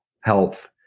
health